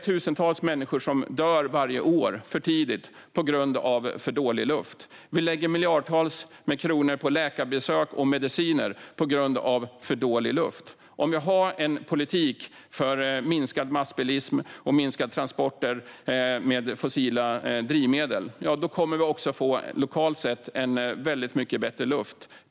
Tusentals människor dör för tidigt varje år på grund av dålig luft. Vi lägger miljardtals kronor på läkarbesök och mediciner på grund av dålig luft. Om vi har en politik för minskad massbilism och minskade transporter med fossila drivmedel kommer vi också att få väldigt mycket bättre luft, lokalt sett.